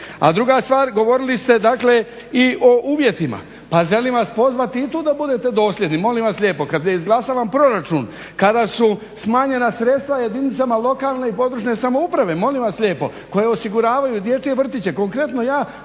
A druga stvar, govorili ste dakle i o uvjetima, a želim vas pozvati i tu da budete dosljedni. Molim vas lijepo kad je izglasavan proračun, kada su smanjena sredstva jedinicama lokalne i područne samouprave, molim vas lijepo, koje osiguravaju dječje vrtiće. Konkretno, ja